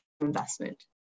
investment